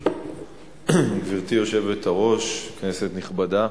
גברתי היושבת-ראש, כנסת נכבדה,